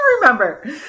remember